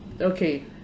Okay